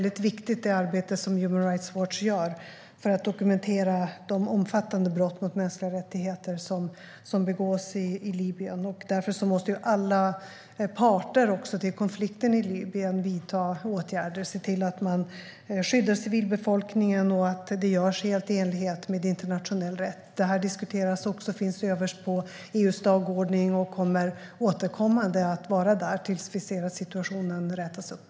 Det arbete som Human Rights Watch gör för att dokumentera de omfattande brott mot mänskliga rättigheter som begås i Libyen är väldigt viktigt. Därför måste alla parter i konflikten i Libyen vidta åtgärder. Det gäller att se till att man skyddar civilbefolkningen och att det görs helt i enlighet med internationell rätt. Detta diskuteras också och finns överst på EU:s dagordning och kommer återkommande att vara där tills vi ser att situationen rätas upp.